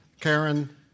Karen